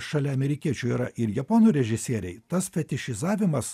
šalia amerikiečių yra ir japonų režisieriai tas fetišizavimas